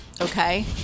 Okay